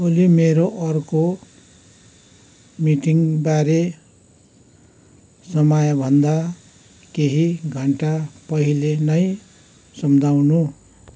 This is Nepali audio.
ओली मेरो अर्को मिटिङबारे समयभन्दा केही घन्टा पहिले नै सम्झाउनू